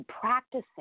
practicing